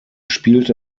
spielte